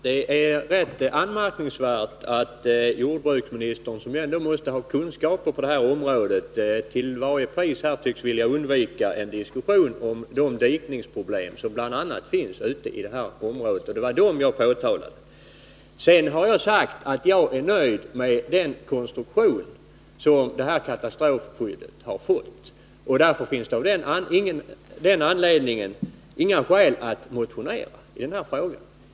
Herr talman! Det är rätt anmärkningsvärt att jordbruksministern, som ändå måste ha kunskaper på detta område, till varje pris tycks vilja undvika en diskussion om de dikningsproblem som finns i bl.a. detta område. Det var alltså dessa problem som jag påtalade. Jag har sagt att jag är nöjd med katastrofskyddets konstruktion. Av den anledningen har jag inga skäl att motionera i frågan.